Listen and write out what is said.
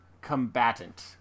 combatant